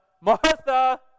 Martha